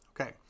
Okay